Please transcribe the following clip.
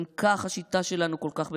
גם כך השיטה שלנו כל כך מפוררת,